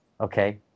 okay